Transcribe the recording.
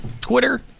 Twitter